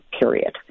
period